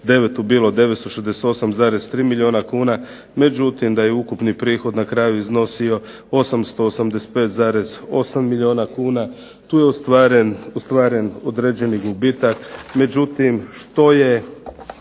2009. bilo 968,3 milijuna kuna. Međutim, da je ukupni prihod na kraju iznosio 885,8 milijuna kuna. Tu je ostvaren određeni gubitak.